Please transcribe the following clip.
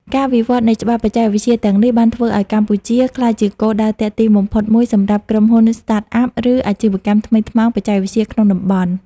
ការវិវត្តនៃច្បាប់បច្ចេកវិទ្យាទាំងនេះបានធ្វើឱ្យកម្ពុជាក្លាយជាគោលដៅទាក់ទាញបំផុតមួយសម្រាប់ក្រុមហ៊ុន Startup ឬ អាជីវកម្មថ្មីថ្មោង បច្ចេកវិទ្យាក្នុងតំបន់។